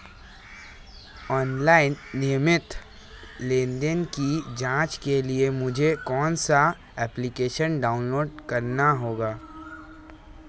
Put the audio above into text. Online नियमित लेनदेन की जांच के लिए मुझे कौनसा एप्लिकेशन डाउनलोड करना होगा?